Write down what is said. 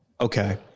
Okay